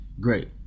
great